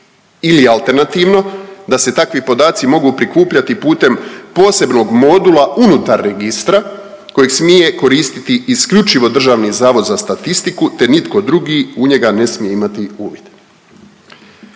ili alternativno da se takvi podaci mogu prikupljati putem posebnog modula unutar registra kojeg smije koristiti isključivo Državni zavod za statistiku te nitko drugi u njega ne smije imati uvid.